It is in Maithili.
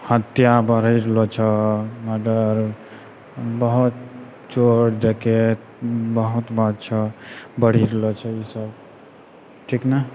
हत्या बढ़ै रहलो छऽ मर्डर बहुत चोर डकैत बहुत बात छऽ बढ़ि रहलो छऽ ई सब ठीक ने